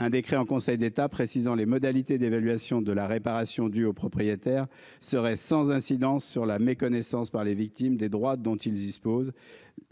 Un décret en Conseil d'État, précisant les modalités d'évaluation de la réparation due aux propriétaires serait sans incidence sur la méconnaissance par les victimes des droits dont il dispose,